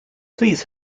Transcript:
please